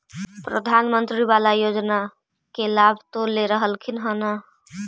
प्रधानमंत्री बाला योजना के लाभ तो ले रहल्खिन ह न?